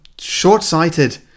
short-sighted